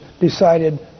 decided